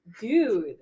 dude